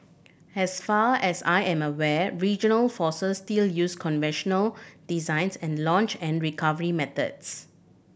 as far as I am aware regional forces still use conventional designs and launch and recovery methods